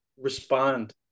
respond